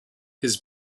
his